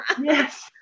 Yes